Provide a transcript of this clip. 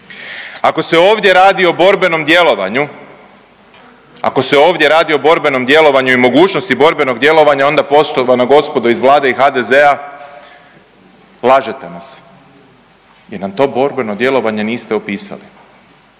ako se ovdje radi o borbenom djelovanju i mogućnosti borbenog djelovanja onda poštovana gospodo iz Vlade i HDZ-a lažete nas jer nam to borbeno djelovanje niste opisali,